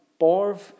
Borv